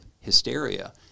hysteria